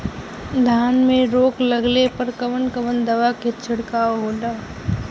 धान में रोग लगले पर कवन कवन दवा के छिड़काव होला?